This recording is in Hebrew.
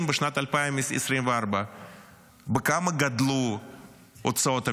בשנת 2024. בכמה גדלו הוצאות הממשלה?